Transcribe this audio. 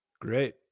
Great